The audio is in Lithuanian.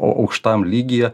aukštam lygyje